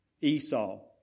Esau